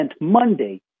Monday